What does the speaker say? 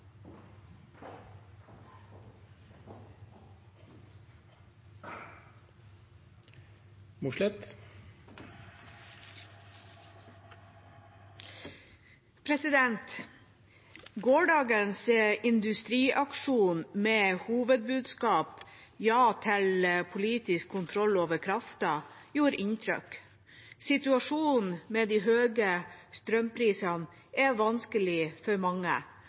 industriaksjon med hovedbudskapet «ja til politisk kontroll over krafta» gjorde inntrykk. Situasjonen med de høye strømprisene er vanskelig for mange,